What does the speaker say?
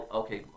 okay